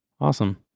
Awesome